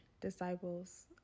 disciples